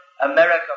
America